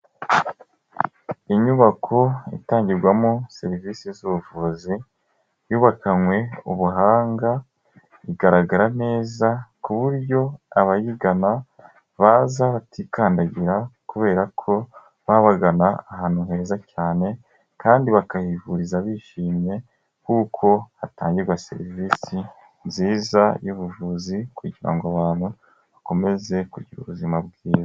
Inyubako itangirwamo serivisi z'ubuvuzi yubakanywe ubuhanga, igaragara neza ku buryo abayigana baza batikandagira, kubera ko babagana ahantu heza cyane kandi bakayivuriza bishimye, kuko hatangirwa serivisi nziza y'ubuvuzi kugira ngo abantu bakomeze kugira ubuzima bwiza.